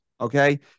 Okay